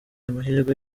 amahirwe